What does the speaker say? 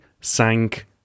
sank